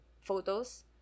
photos